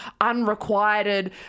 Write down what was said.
unrequited